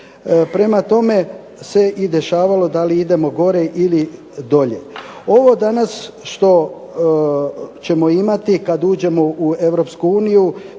prema tome, se dešavalo da li idemo dolje ili gore. Ovo danas, što ćemo imati kada uđemo u Europsku uniju,